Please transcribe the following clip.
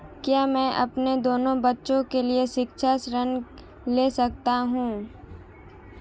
क्या मैं अपने दोनों बच्चों के लिए शिक्षा ऋण ले सकता हूँ?